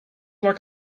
like